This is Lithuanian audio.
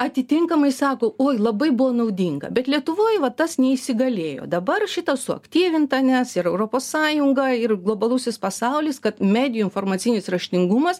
atitinkamai sako oi labai buvo naudinga bet lietuvoj va tas neįsigalėjo dabar šita suaktyvinta nes ir europos sąjunga ir globalusis pasaulis kad medijų informacinis raštingumas